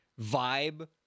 vibe